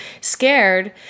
scared